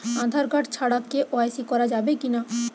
Aadhaar card ছাড়া KYC করা যাবে কি না?